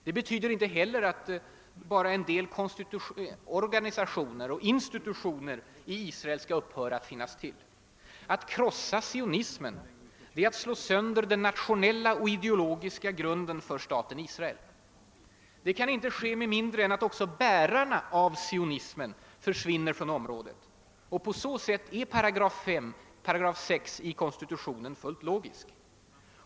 Det betyder inte heller att »bara» en del institutioner och organisationer i Israel skall upphöra att finnas till. Att >krossa sionismen» är att slå sönder den nationella och ideologiska grunden för staten Israel. Det kan inte ske med mindre än att också bärarna av sionismen försvinner från området; på så sätt är paragraf 6 i konstitutionen fullt logisk.